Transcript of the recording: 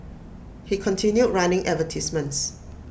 he continued running advertisements